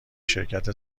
شرکت